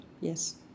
Yes